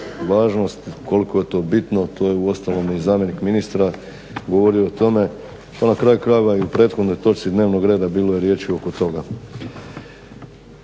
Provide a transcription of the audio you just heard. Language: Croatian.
važnost koliko je to bitno to je uostalom i zamjenik ministra govorio o tome pa na kraju krajeva i u prethodnoj točci dnevnog reda bilo je riječi oko toga.